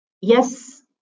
yes